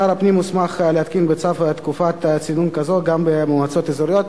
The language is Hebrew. שר הפנים מוסמך להתקין בצו תקופת צינון כזו גם במועצות אזוריות.